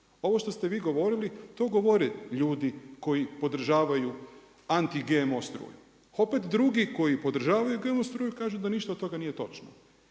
Ovo što ste vi govorili, to govore ljudi koji podržavaju anti GMO struju, opet drugi koji podržavaju GMO struju kažu da ništa od toga nije točno.